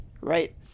right